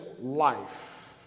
life